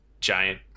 giant